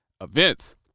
events